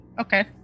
Okay